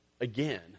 again